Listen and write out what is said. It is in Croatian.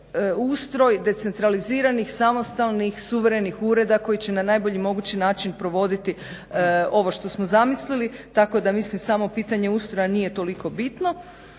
ustroj decentraliziranih samostalnih suverenih ureda koji će na najbolji mogući način provoditi ovo što smo zamislili tako da mislim samo pitanje ustroja nije toliko bitno.